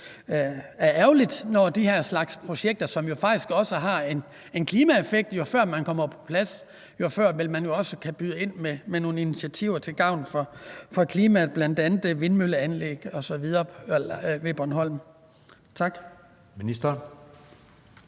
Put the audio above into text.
at det sker for den her slags projekter, som jo faktisk også har en klimaeffekt. Jo før man kommer på plads, jo før vil man jo også kunne byde ind med nogle initiativer til gavn for klimaet, bl.a. med vindmølleanlæg osv. ved Bornholm. Tak. Kl.